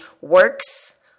works